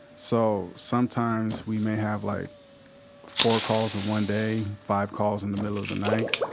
so, sometimes we may have like four calls in one day, five calls in the middle of the night,